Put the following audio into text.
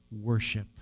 worship